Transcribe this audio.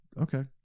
Okay